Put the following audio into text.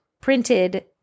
printed